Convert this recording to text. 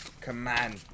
command